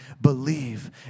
believe